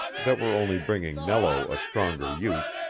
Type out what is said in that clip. that were only bringing nello a stronger youth,